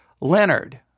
Leonard